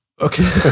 Okay